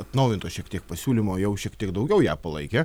atnaujinto šiek tiek pasiūlymo jau šiek tiek daugiau ją palaikė